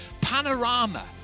panorama